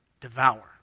devour